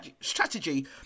strategy